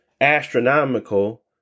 astronomical